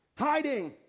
Hiding